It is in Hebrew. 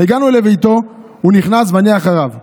הגענו לביתו, ואני אחריו.